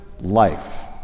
life